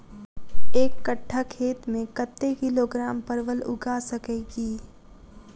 एक कट्ठा खेत मे कत्ते किलोग्राम परवल उगा सकय की??